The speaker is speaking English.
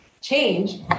change